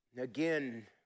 Again